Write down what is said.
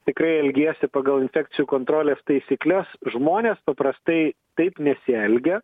tikrai elgiesi pagal infekcijų kontrolės taisykles žmonės paprastai taip nesielgia